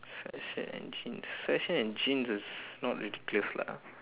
sweatshirt and jeans sweatshirt and jeans is not ridiculous lah